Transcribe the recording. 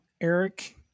Eric